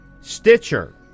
Stitcher